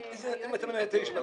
זה לא אתה.